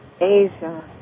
Asia